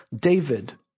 David